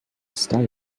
style